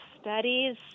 studies